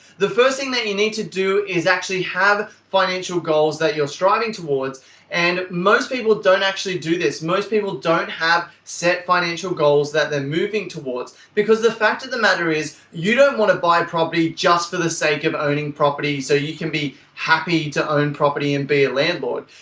the first thing that you need to do is actually have financial goals that you're striving towards and most people don't actually do this. most people don't have set financial goals that they're moving towards because the fact of the matter is you don't want to buy and property just for the sake of owning property so you can be happy to own a property and be a landlord.